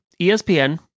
ESPN